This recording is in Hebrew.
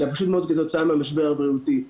אלא פשוט מאוד כתוצאה מהמשבר הבריאותי.